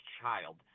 child